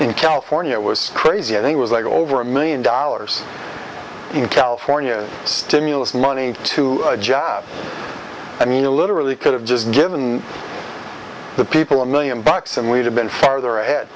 in california it was crazy and it was like over a million dollars in california stimulus money to jobs i mean you literally could have just given the people a million bucks and we'd have been farther ahead